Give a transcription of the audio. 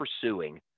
pursuing